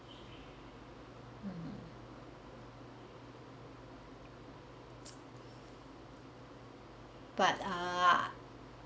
mm but ah